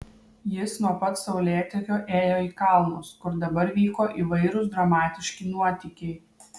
jis nuo pat saulėtekio ėjo į kalnus kur dabar vyko įvairūs dramatiški nuotykiai